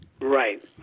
Right